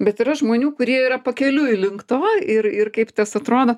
bet yra žmonių kurie yra pakeliui link to ir ir kaip tas atrodo